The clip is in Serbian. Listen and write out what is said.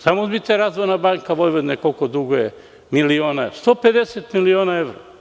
Samo uzmite Razvojna banka Vojvodine koliko duguje miliona – 150 miliona evra.